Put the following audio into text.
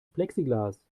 plexiglas